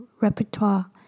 repertoire